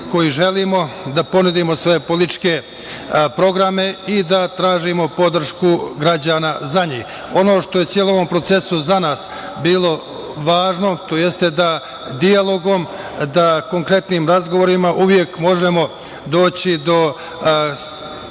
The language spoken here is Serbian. koji želimo da ponudimo svoje političke programe i da tražimo podršku građana za njih. Ono što je u celom ovom procesu za nas bilo važno to jeste da dijalogom, da konkretnim razgovorima uvek možemo doći do